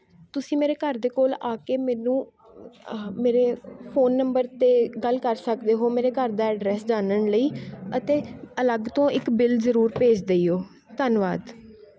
ਤੁਸੀਂ ਮੇਰੇ ਘਰ ਦੇ ਕੋਲ ਆ ਕੇ ਮੈਨੂੰ ਮੇਰੇ ਫ਼ੋਨ ਨੰਬਰ 'ਤੇ ਗੱਲ ਕਰ ਸਕਦੇ ਹੋ ਮੇਰੇ ਘਰ ਦਾ ਐਡਰੈੱਸ ਜਾਣਨ ਲਈ ਅਤੇ ਅਲੱਗ ਤੋਂ ਇੱਕ ਬਿੱਲ ਜ਼ਰੂਰ ਭੇਜ ਦਈਓ ਧੰਨਵਾਦ